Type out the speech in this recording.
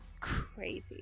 Crazy